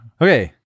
okay